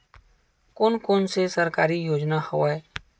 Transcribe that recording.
कोन कोन से सरकारी योजना हवय?